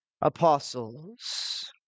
apostles